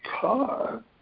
car